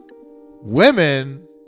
women